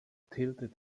tilted